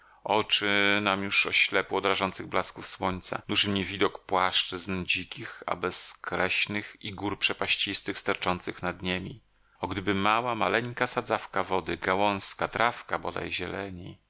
oczy nam już oślepły od rażących blasków słońca nuży mnie widok płaszczyzn dzikich a bezkreśnych i gór przepaścistych sterczących nad niemi o gdyby mała maleńka sadzawka wody gałązka trawka bodaj zieleni